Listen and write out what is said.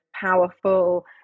powerful